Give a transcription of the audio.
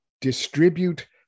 distribute